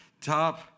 top